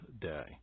day